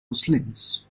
muslims